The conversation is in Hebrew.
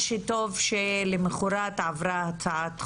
מה שטוב, שלמוחרת עברה הצעת חוק.